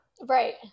Right